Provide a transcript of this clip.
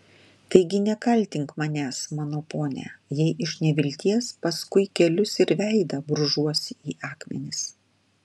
taigi nekaltink manęs mano pone jei iš nevilties paskui kelius ir veidą brūžuosi į akmenis